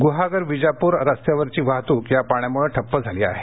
गुहागर विजापूर रस्त्यावरची वाहतूक या पाण्यामुळे ठप्प झाली आहे